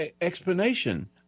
explanation